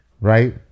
right